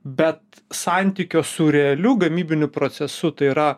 bet santykio su realiu gamybiniu procesu tai yra